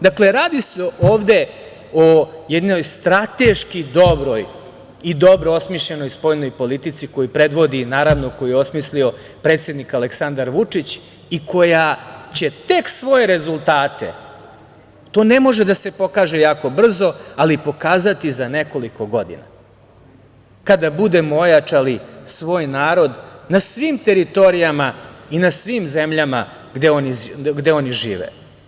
Dakle, radi se ovde o jednoj strateški dobroj i dobro osmišljenoj spoljnoj politici koju predvodi, koju je osmislio predsednik Aleksandar Vučić i koja će tek svoje rezultate, tu ne može da se pokaže jako brzo, ali pokazati za nekoliko godina kada budemo ojačali svoj narod na svim teritorijama i na svim zemljama gde oni žive.